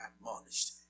admonished